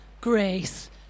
grace